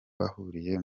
bahuriye